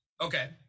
okay